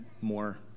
more